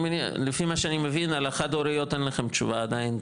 לפי מה שאני מבין על החד הוריות אין לכם תשובה עדיין.